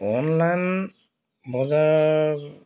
online বজাৰ